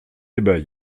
débat